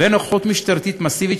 ונוכחות משטרתית מסיבית,